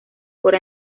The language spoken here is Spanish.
por